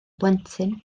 blentyn